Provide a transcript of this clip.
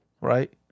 Right